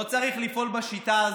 לא צריך לפעול בשיטה הזאת,